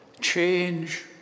change